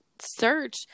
search